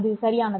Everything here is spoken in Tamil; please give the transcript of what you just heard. அது சரியானதா